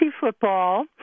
Football